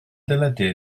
deledu